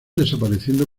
desapareciendo